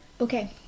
Okay